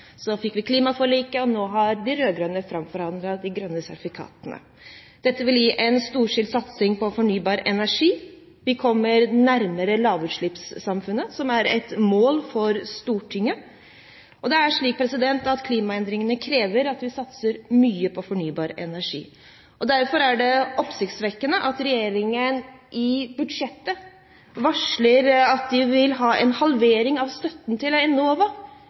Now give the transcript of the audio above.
så fikk vi klimaforliket, og nå har de rød-grønne framforhandlet de grønne sertifikatene. Dette vil gi en storstilt satsing på fornybar energi. Vi kommer nærmere lavutslippssamfunnet, som er et mål for Stortinget, og det er slik at klimaendringene krever at vi satser mye på fornybar energi. Derfor er det oppsiktsvekkende at regjeringen i budsjettet varsler at de vil ha en halvering av støtten til Enova